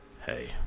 hey